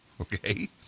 Okay